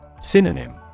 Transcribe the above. Synonym